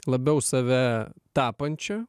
labiau save tapančią